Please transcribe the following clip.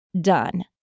done